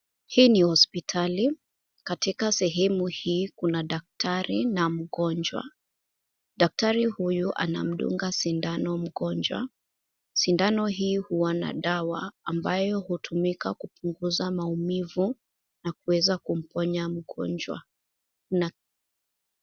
Hii ni hospitali. Katika sehemu hii kuna daktari na mgonjwa. Daktari huyu anamdunga sindano mgonjwa. Sindano hii huwa na dawa ambayo hutumika kupunguza maumivu na kuweza kumponya mgonjwa.